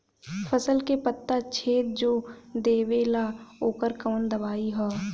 फसल के पत्ता छेद जो देवेला ओकर कवन दवाई ह?